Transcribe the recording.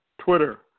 Twitter